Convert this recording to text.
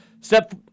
Step